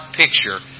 picture